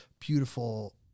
beautiful